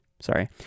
sorry